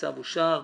הצו אושר.